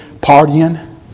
partying